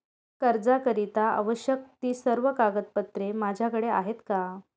कर्जाकरीता आवश्यक ति सर्व कागदपत्रे माझ्याकडे आहेत का?